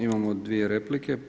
Imamo dvije replike.